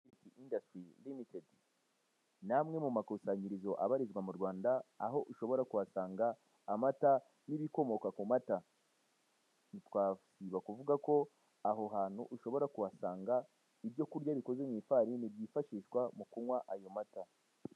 Udutambaro tw'isuku dufunze mu gasashe gacitse. Turambitse mu gatebo ka parasitike gateretse ku meza y'urubaho, mu nzu y'ubucuruzi.